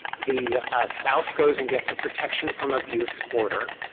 the spouse goes and gets a protection from abuse order,